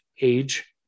age